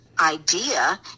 idea